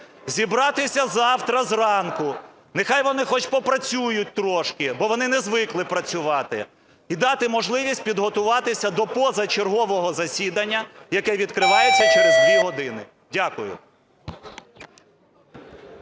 зібратися завтра зранку. Нехай вони хоч попрацюють трошки, бо вони не звикли працювати. І дати можливість підготуватися до позачергового засідання, яке відкривається через дві години. Дякую.